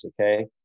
okay